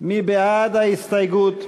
מי בעד ההסתייגות?